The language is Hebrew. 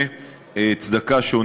ומאלצות את הציבור הרחב להיחשף לתכנים